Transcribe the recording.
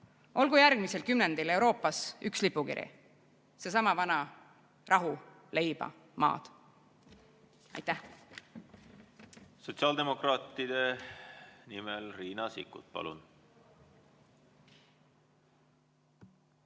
Olgu järgmisel kümnendil Euroopas üks lipukiri, seesama vana "Rahu! Leiba! Maad!"! Aitäh!